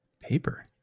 Paper